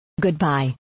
Goodbye